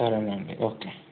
సరేనండి ఓకే